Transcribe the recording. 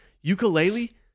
ukulele